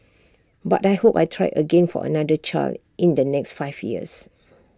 but I hope I try again for another child in the next five years